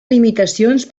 limitacions